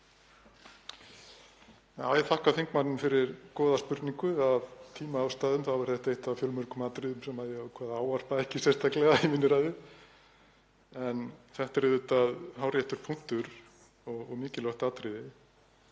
Ég þakka þingmanninum fyrir góða spurningu. Af tímaástæðum er þetta eitt af fjölmörgum atriðum sem ég ákvað að ávarpa ekki sérstaklega í minni ræðu en þetta er auðvitað hárréttur punktur og mikilvægt atriði.